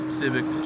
civic